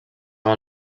amb